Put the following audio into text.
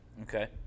okay